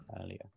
earlier